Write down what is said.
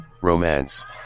Romance